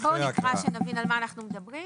אז בואו נקרא שנבין על מה אנחנו מדברים